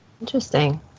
interesting